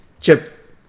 Chip